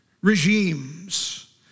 regimes